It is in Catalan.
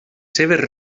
seves